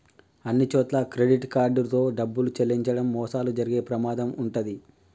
అన్నిచోట్లా credit card తో డబ్బులు చెల్లించడం మోసాలు జరిగే ప్రమాదం వుంటది